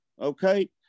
Okay